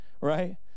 Right